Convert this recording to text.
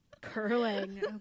Curling